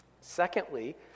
Secondly